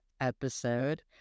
episode